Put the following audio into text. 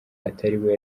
atariwe